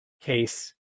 case